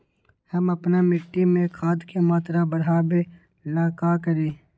हम अपना मिट्टी में खाद के मात्रा बढ़ा वे ला का करी?